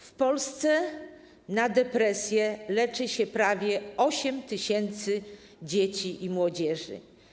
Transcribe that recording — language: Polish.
W Polsce na depresję leczy się prawie 8 tys. dzieci i młodzieży.